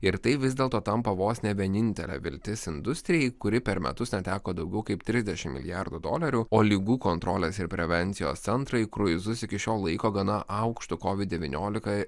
ir tai vis dėlto tampa vos ne vienintelė viltis industrijai kuri per metus neteko daugiau kaip trisdešimt milijardų dolerių o ligų kontrolės ir prevencijos centrai kruizus iki šiol laiko gana aukštu kovid devyniolika